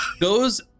goes